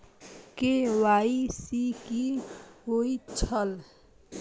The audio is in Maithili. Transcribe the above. के.वाई.सी कि होई छल?